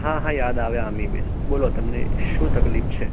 હા હા યાદ આવ્યા અમીબેન બોલો તમને શું તકલીફ છે